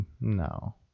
no